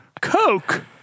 coke